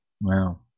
Wow